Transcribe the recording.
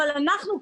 אבל לנו,